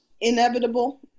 inevitable